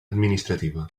administrativa